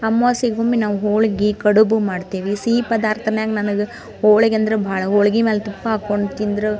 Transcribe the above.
ಅಮಾವಾಸ್ಯೆಗೊಮ್ಮೆ ನಾವು ಹೋಳ್ಗೆ ಕಡುಬು ಮಾಡ್ತೇವಿ ಸಿಹಿ ಪದಾರ್ಥನ್ಯಾಗ್ ನನಗೆ ಹೋಳ್ಗೆ ಅಂದ್ರೆ ಭಾಳ ಹೋಳ್ಗೆ ಮೇಲೆ ತುಪ್ಪ ಹಾಕ್ಕೊಂಡು ತಿಂದ್ರೆ